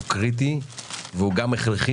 הוא קריטי והוא גם הכרחי,